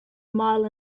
mile